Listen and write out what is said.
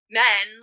men